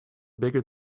bigger